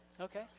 okay